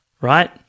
right